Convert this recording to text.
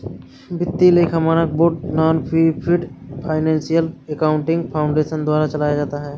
वित्तीय लेखा मानक board nonprofit financial accounting foundation द्वारा चलाया जाता है